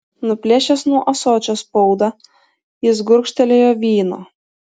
nuplėšęs nuo ąsočio spaudą jis gurkštelėjo vyno